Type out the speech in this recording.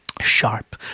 Sharp